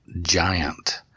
giant